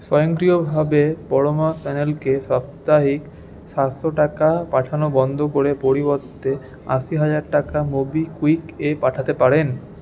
স্বয়ংক্রিয়ভাবে পরমা সান্যালকে সাপ্তাহিক সাতশো টাকা পাঠানো বন্ধ করে পরিবর্তে আশি হাজার টাকা মোবিকুইকে পাঠাতে পারেন